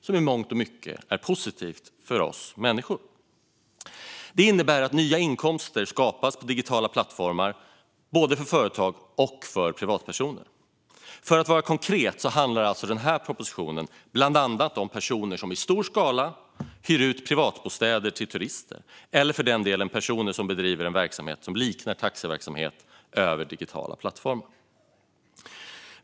Det är i mångt och mycket positivt för oss människor, då det innebär att inkomster skapas på digitala plattformar för både företag och privatpersoner. För att vara konkret handlar denna proposition bland annat om personer som i stor skala hyr ut privatbostäder till turister eller personer som bedriver en verksamhet som liknar taxiverksamhet över digitala plattformar.